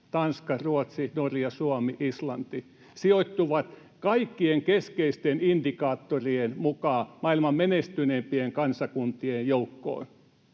Tanska, Ruotsi, Norja, Suomi, Islanti — sijoittuvat kaikkien keskeisten indikaattorien mukaan maailman menestyneimpien kansakuntien joukkoon.